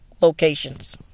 locations